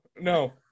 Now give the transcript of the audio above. no